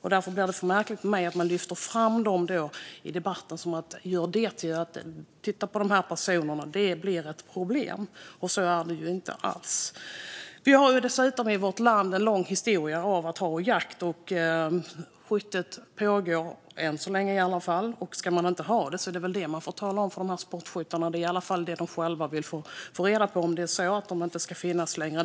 Därför blir det märkligt för mig att man i debatten lyfter fram dem och säger: Titta på de här personerna - det blir ett problem. Så är det ju inte alls. Historiskt har vi dessutom i vårt land haft jakt under lång tid, och skyttet pågår än så länge i alla fall. Ska man inte ha det är det väl detta man får tala om för sportskyttarna. Det är i alla fall det de själva vill få reda på - om de inte ska få finnas längre.